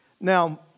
Now